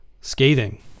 scathing